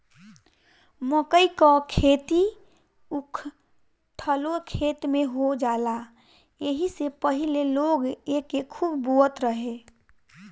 मकई कअ खेती उखठलो खेत में हो जाला एही से पहिले लोग एके खूब बोअत रहे